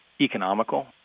economical